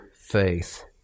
faith